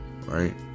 right